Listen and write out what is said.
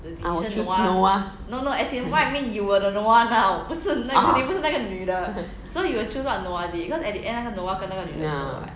I will choose noah ya